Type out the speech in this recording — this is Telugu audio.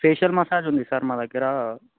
ఫేషియల్ మసాజ్ ఉంది సార్ మా దగ్గర